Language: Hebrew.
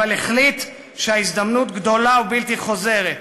אבל החליט שההזדמנות גדולה ובלתי חוזרת.